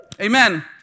Amen